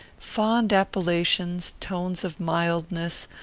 fond appellations, tones of mildness,